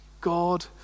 God